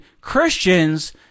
Christians